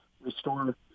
restore